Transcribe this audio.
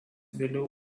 vėliau